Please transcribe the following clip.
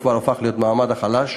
הוא כבר הפך להיות המעמד החלש.